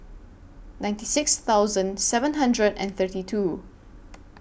ninety six thousand seven hundred and thirty two